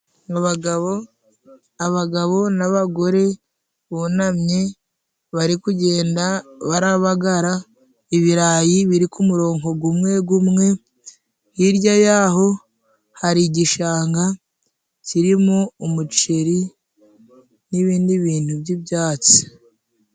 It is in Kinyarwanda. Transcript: Abagabo abagabo n'abagore bunamye bari kugenda barabagara ibirayi biri ku muronko gumwe gumwe, hirya yaho hari igishanga kirimo umuceri n'ibindi bintu by'ibyatsi.